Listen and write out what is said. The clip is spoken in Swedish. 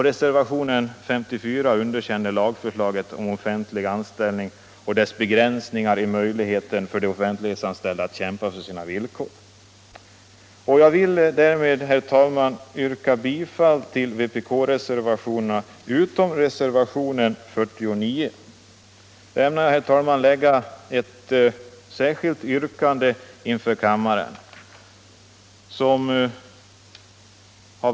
Reservationen 54 slutligen underkänner lagförslaget om offentlig anställning och lagens begränsningar när det gäller möjligheterna för de offentliganställda att kämpa för sina arbetsvillkor. Herr talman! Med det anförda yrkar jag bifall till vpk-reservationerna, utom reservationen 49. Dessutom vill jag framställa det särskilda yrkande som har delats ut på ledamöternas bänkar.